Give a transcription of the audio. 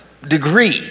degree